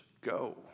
go